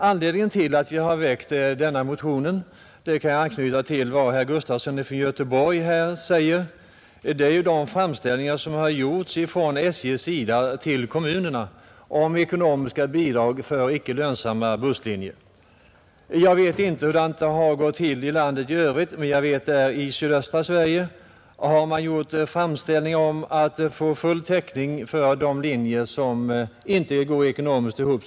Anledningen till att jag väckte denna motion — och där kan jag anknyta till vad herr Gustafson i Göteborg sade — är de framställningar som har gjorts från SJ till kommunerna om ekonomiska bidrag för icke lönsamma busslinjer. Jag vet inte hur det har gått till i landet i övrigt, men jag vet att man i sydöstra Sverige har gjort framställningar om att få full täckning för de linjer som ekonomiskt inte går ihop.